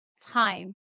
time